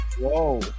Whoa